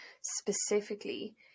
specifically